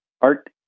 Art